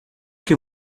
que